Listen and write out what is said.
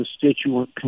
constituent